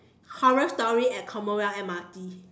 horror story at commonwealth M_R_T